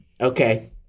Okay